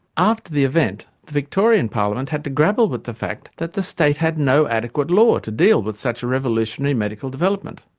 after the event, the victorian parliament had to grapple with the fact that the state had no adequate law to deal with such a revolutionary medical development,